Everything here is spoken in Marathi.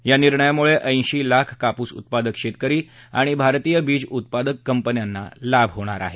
या निर्णयामुळे ऐशी लाख कापूस उत्पादक शेतकरी आणि भारतीय बीज उत्पादक कंपन्यांना लाभ होणार आहे